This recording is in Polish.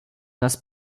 nas